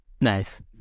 Nice